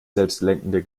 selbstlenkende